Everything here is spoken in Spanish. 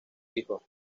hijo